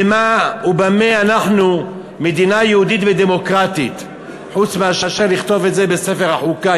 במה אנחנו מדינה יהודית ודמוקרטית חוץ מאשר בלכתוב את זה בספר החוקה,